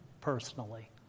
personally